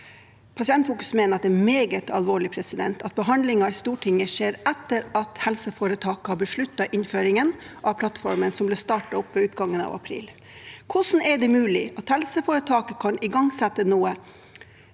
Pasientfokus mener det er meget alvorlig at behandlingen i Stortinget skjer etter at helseforetaket har besluttet innføringen av plattformen, som ble startet opp ved utgangen av april. Hvordan er det mulig at helseforetaket kan igangsette noe